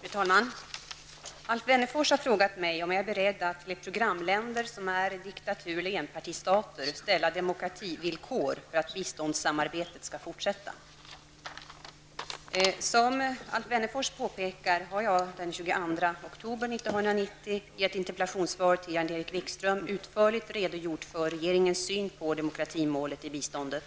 Fru talman! Alf Wennerfors har frågat mig om jag är beredd att till programländer som är diktaturoch enpartistater ställa demokrativillkor för att biståndssamarbetet skall fortsätta. Som Alf Wennerfors påpekar har jag den 22 Wikström utförligt redogjort för regeringens syn på demokratimålet i biståndet